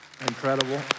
Incredible